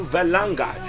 Velanga